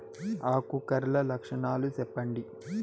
ఆకు కర్ల లక్షణాలు సెప్పండి